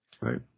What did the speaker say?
Right